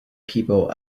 people